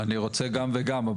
אני רוצה גם וגם,